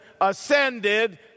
ascended